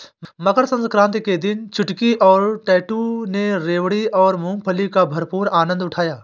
मकर सक्रांति के दिन चुटकी और टैटू ने रेवड़ी और मूंगफली का भरपूर आनंद उठाया